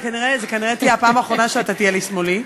זו כנראה תהיה הפעם האחרונה שאתה תהיה לשמאלי.